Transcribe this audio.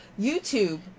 YouTube